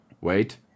Wait